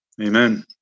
Amen